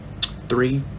three